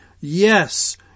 yes